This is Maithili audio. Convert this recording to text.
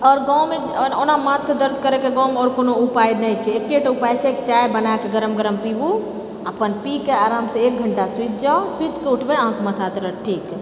आओर गाँवमे आओर ओना माथके दर्द करै तऽ आओर गाँवमे कोनो उपाए नहि छै एकेटा उपाए छै चाय बनाएके गरम गरम पिबू अपन पी कऽ आरामसँ एक घंटा सुति जाउ सुतिके उठबै अहाँकेँ मथा दर्द ठीक